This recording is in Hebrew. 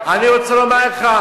הוא קיים, אני רוצה לומר לך,